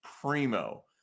primo